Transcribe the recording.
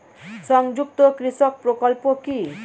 সংযুক্ত কৃষক প্রকল্প কি?